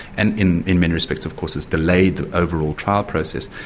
and in in many respects of course it's delayed the overall trial process.